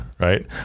right